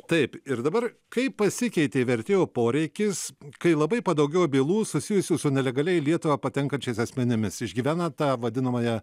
taip ir dabar kaip pasikeitė vertėjų poreikis kai labai padaugėjo bylų susijusių su nelegaliai į lietuvą patenkančiais asmenimis išgyvena tą vadinamąją